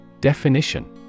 Definition